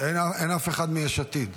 אין אף אחד מיש עתיד.